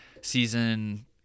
season